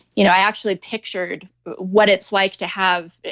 you know i actually pictured what it's like to have.